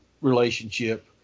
relationship